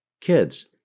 Kids